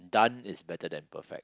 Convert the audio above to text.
done is better than perfect